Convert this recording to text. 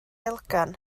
elgan